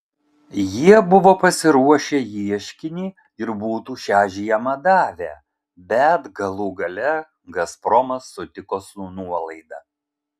jie buvo pasiruošę ieškinį ir būtų šią žiemą davę bet galų gale gazpromas sutiko su nuolaida